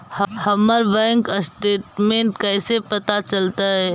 हमर bank statement कैसे पता चलतै?